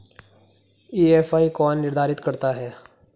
EMI कौन निर्धारित करता है?